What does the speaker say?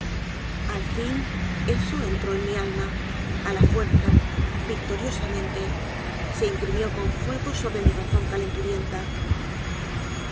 al fin eso entró en mi alma ala fuerza victoriosamente se imprimió con fuego sobre mi razón calenturienta